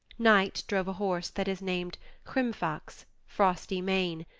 night drove a horse that is named hrimfaxe, frosty mane,